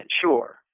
sure